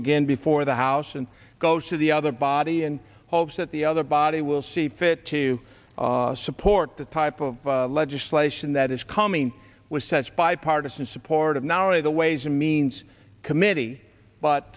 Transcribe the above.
again before the house and goes to the other body and hopes that the other body will see fit to support the type of legislation that is coming with such bipartisan support of not only the ways and means committee but